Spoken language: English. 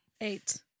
Eight